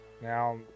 Now